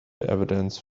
evidence